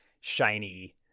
shiny